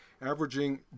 Averaging